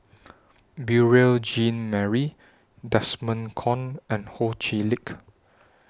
Beurel Jean Marie Desmond Kon and Ho Chee Lick